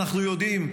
אנחנו יודעים,